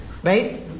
Right